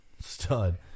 stud